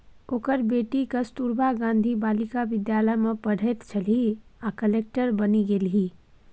ओकर बेटी कस्तूरबा गांधी बालिका विद्यालय मे पढ़ैत छलीह आ कलेक्टर बनि गेलीह